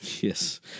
Yes